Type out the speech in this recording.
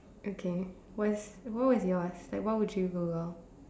okay what's what was yours like what would you Google